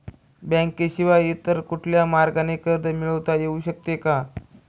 बँकेशिवाय इतर कुठल्या मार्गाने कर्ज मिळविता येऊ शकते का?